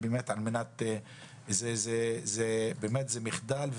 זה באמת מחדל.